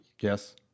yes